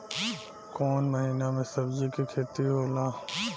कोउन महीना में सब्जि के खेती होला?